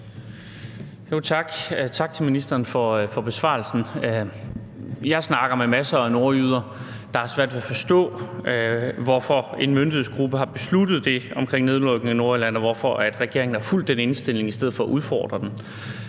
tak til ministeren for besvarelsen. Jeg snakker med masser af nordjyder, der har svært ved at forstå, hvorfor en myndighedsgruppe har besluttet det om nedlukningen af Nordjylland, og hvorfor regeringen har fulgt den indstilling i stedet for at udfordre den.